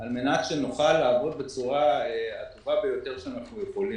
על מנת שנוכל לעבוד בצורה הטובה שאנחנו יכולים.